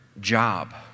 job